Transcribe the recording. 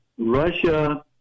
Russia